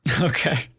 Okay